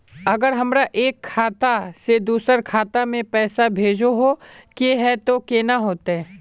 अगर हमरा एक खाता से दोसर खाता में पैसा भेजोहो के है तो केना होते है?